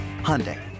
Hyundai